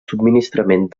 subministrament